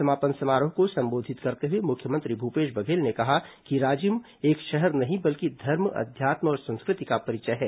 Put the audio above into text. समापन समारोह को संबोधित करते हुए मुख्यमंत्री भूपेश बघेल ने कहा कि राजिम एक शहर नहीं बल्कि धर्म अध्यात्म और संस्कृति का परिचय है